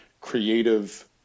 creative